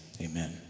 Amen